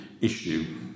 issue